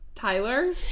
Tyler